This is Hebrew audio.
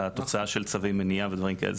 לתוצאה של צווי מניעה ודברים כאלה,